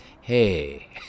hey